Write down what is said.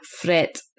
threat